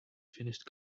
finished